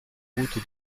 route